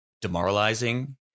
demoralizing